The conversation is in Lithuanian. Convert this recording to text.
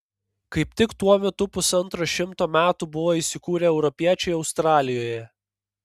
kaip tik tuo metu pusantro šimto metų buvo įsikūrę europiečiai australijoje